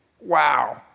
Wow